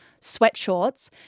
sweatshorts